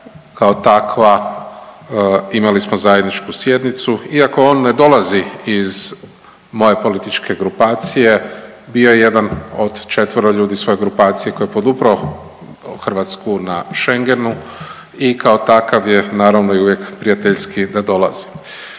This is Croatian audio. kao takva imali smo zajedničku sjednicu. Iako on ne dolazi iz moje političke grupacije bio je jedan od četvero ljudi svoje grupacije koji je podupro Hrvatsku na Schengenu i kao takav je naravno i uvijek prijateljski da dolazi.